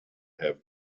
have